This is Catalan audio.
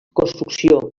construcció